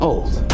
Old